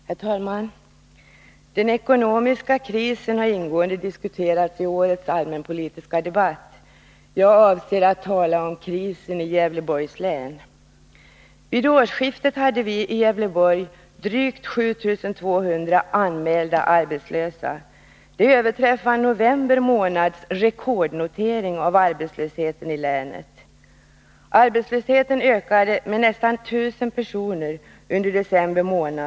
Herr talman! Den ekonomiska krisen har ingående diskuterats i årets allmänpolitiska debatt. Jag avser att tala om krisen i Gävleborgs län. Vid årsskiftet hade vi i Gävleborg drygt 7 200 anmälda arbetslösa, vilket överträffar november månads rekordnotering av arbetslösheten i länet. Arbetslösheten ökade med nästan 1 000 personer under december månad.